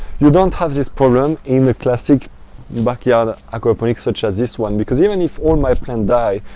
you don't have this problem in the classic backyard aquaponics such as this one because even if all my plants die,